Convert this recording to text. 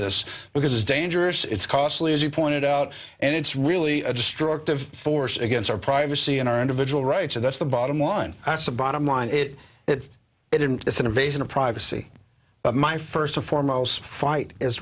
this because it's dangerous it's costly as you pointed out and it's really a destructive force against our privacy and our individual rights and that's the bottom line as a bottom line it is an invasion of privacy but my first and foremost fight